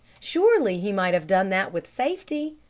surely he might have done that with safety!